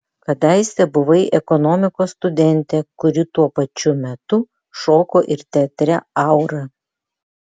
kadaise buvai ekonomikos studentė kuri tuo pačiu metu šoko ir teatre aura